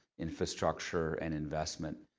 infrastructure, and investment.